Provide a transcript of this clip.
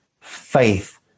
faith